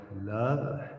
love